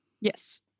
Yes